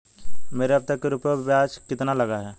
मेरे अब तक के रुपयों पर ब्याज कितना लगा है?